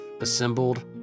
assembled